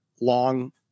long